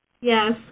Yes